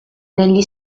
negli